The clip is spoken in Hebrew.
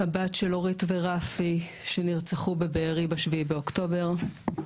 הבת של אורית ורפי שנרצחו בבארי ב-7 באוקטובר,